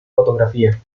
fotografía